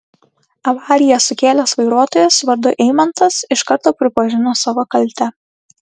avariją sukėlęs vairuotojas vardu eimantas iš karto pripažino savo kaltę